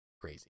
Crazy